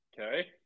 okay